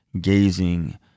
gazing